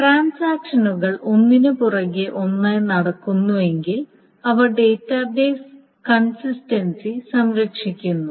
ട്രാൻസാക്ഷനുകൾ ഒന്നിനുപുറകെ ഒന്നായി നടക്കുന്നുണ്ടെങ്കിൽ അവ ഡാറ്റാബേസ് കൺസിസ്റ്റൻസി സംരക്ഷിക്കുന്നു